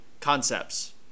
concepts